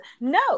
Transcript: no